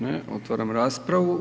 Ne, otvaram raspravu.